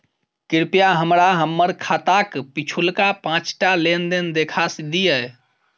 कृपया हमरा हम्मर खाताक पिछुलका पाँचटा लेन देन देखा दियऽ